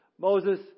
Moses